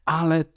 ale